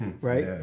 right